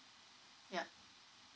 ya